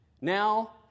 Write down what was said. now